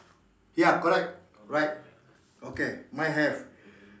ya correct right okay mine have